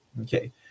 Okay